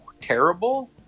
terrible